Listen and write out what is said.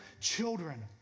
children